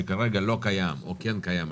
שכרגע לא קיים או כן קיים,